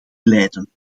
leiden